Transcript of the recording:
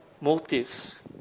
motives